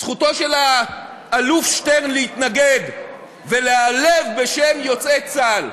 זכותו של האלוף שטרן להתנגד ולהיעלב בשם יוצאי צה"ל.